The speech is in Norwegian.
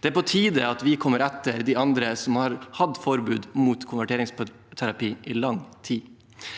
Det er på tide at vi kommer etter de andre som har hatt forbud mot konverteringsterapi i lang tid.